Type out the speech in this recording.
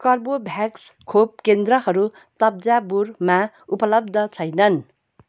कर्बोभ्याक्स खोप केन्द्रहरू तप्जाबुरमा उपलब्ध छैनन्